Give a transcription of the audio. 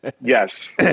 Yes